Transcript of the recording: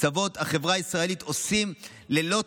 קצוות החברה הישראלית עושים לילות